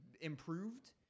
improved